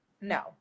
No